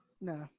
No